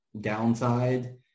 downside